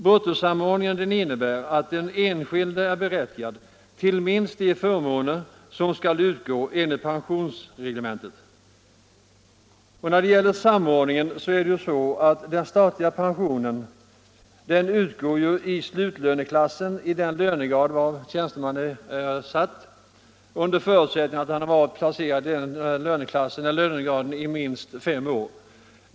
Bruttosamordningen innebär att den enskilde är berättigad till minst de förmåner som skall utgå enligt pensionsreglementet. Den statliga pensionen utgår i slutlöneklassen i den lönegrad där tjäns — Nr 37 temannen är placerad under förutsättning att han har varit placerad i Torsdagen den lönegraden i minst fem år.